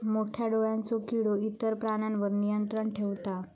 मोठ्या डोळ्यांचो किडो इतर प्राण्यांवर नियंत्रण ठेवता